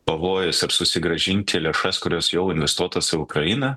pavojus ir susigrąžinti lėšas kurios jau investuotos į ukrainą